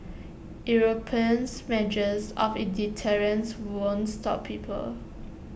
Europeans measures of deterrence won't stop people